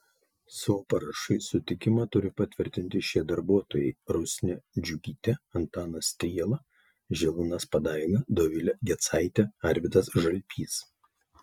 savo parašais sutikimą turi patvirtinti šie darbuotojai rusnė džiugytė antanas striela žilvinas padaiga dovilė gecaitė arvydas žalpys